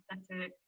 aesthetic